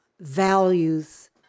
values